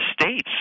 states